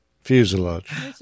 fuselage